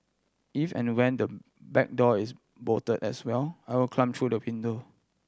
if and when the back door is bolt as well I will climb through the window